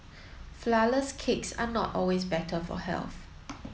flourless cakes are not always better for health